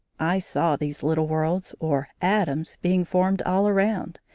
i saw these little worlds or atoms being formed all around,